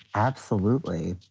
absolutely.